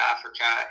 Africa